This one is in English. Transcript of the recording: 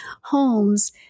homes